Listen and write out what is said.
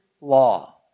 law